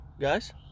guys